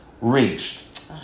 reached